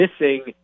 missing